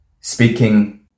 speaking